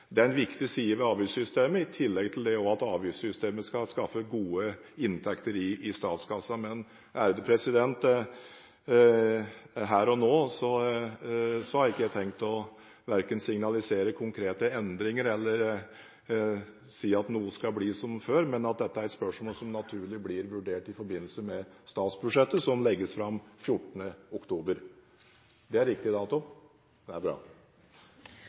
Det er en viktig side ved avgiftssystemet, i tillegg til det at avgiftssystemet også skal skaffe gode inntekter i statskassen. Men her og nå har jeg ikke tenkt verken å signalisere konkrete endringer eller si at noe skal bli som før, men at dette er et spørsmål som naturlig blir vurdert i forbindelse med statsbudsjettet som legges fram den 14. oktober. – Det er riktig dato, president? Det er bra.